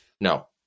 No